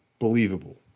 believable